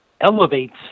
elevates